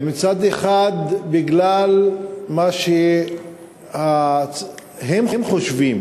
מצד אחד, בגלל מה שהם חושבים